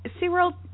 SeaWorld